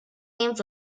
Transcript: names